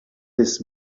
this